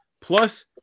Plus